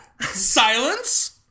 silence